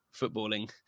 footballing